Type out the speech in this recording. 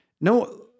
No